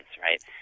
right